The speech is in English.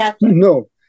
No